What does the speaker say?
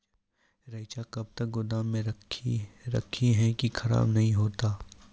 रईचा कब तक गोदाम मे रखी है की खराब नहीं होता?